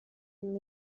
and